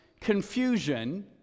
confusion